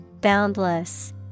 Boundless